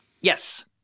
Yes